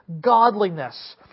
godliness